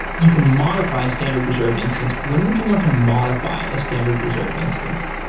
you can modify a standard reserved instance. when would you want to modify a standard reserved instance?